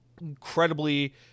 incredibly